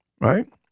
right